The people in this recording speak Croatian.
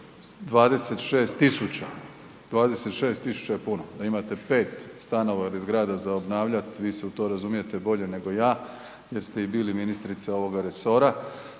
26.000 je puno, a imate pet stanova ili zgrada za obnavljat, vi se u to bolje razumijete nego ja jer ste i bili ministrica ovoga resora,